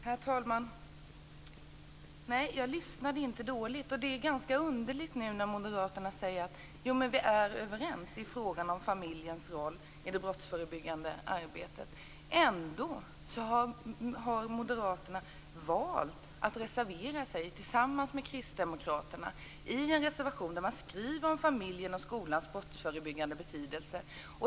Herr talman! Jag lyssnade inte dåligt. Det är ganska underligt att moderaterna säger att vi är överens i frågan om familjens roll i det brottsförebyggande arbetet. Ändå har moderaterna valt att reservera sig, tillsammans med kristdemokraterna, i en reservation där man skriver om familjens och skolans brottsförebyggande betydelse.